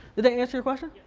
that answer your question?